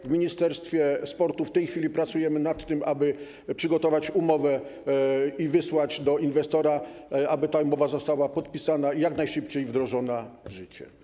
W ministerstwie sportu w tej chwili pracujemy nad tym, aby przygotować umowę i wysłać ją do inwestora, aby ta umowa została podpisana i jak najszybciej wdrożona w życie.